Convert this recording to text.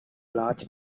large